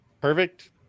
Perfect